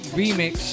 remix